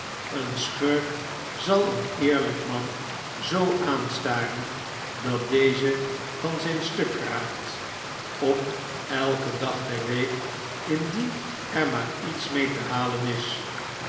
een schurk zal een eerlyk man zoo aanstaren dat deze van zyn stuk raakt op elken dag der week indien er maar iets mee te halen is